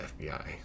FBI